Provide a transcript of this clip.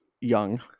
young